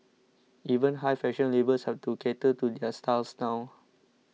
even high fashion labels have to cater to their styles now